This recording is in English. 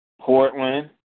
Portland